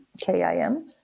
K-I-M